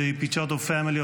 Pitchoto family,